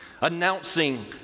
announcing